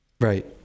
Right